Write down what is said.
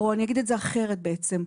או נגיד את זה אחרת בעצם.